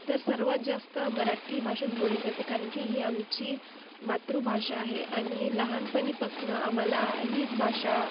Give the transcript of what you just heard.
तर सर्वांत जास्त मराठी भाषाच बोलली जाते कारण की ही आमची मातृभाषा आहे आणि लहानपणीपासनं आम्हाला हीच भाषा